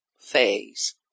phase